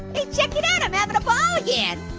hey check it out, i'm having a ball yeah